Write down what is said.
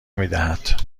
میدهد